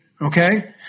okay